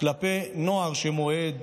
כלפי נוער שמעד,